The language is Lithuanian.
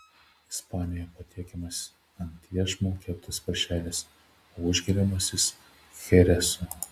ispanijoje patiekiamas ant iešmo keptas paršelis o užgeriamas jis cheresu